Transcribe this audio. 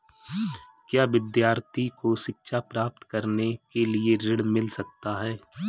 क्या विद्यार्थी को शिक्षा प्राप्त करने के लिए ऋण मिल सकता है?